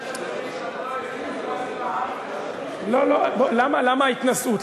אני חושש, אדוני, לא, לא, למה ההתנשאות?